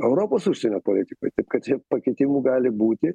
europos užsienio politikoj taip kad čia pakitimų gali būti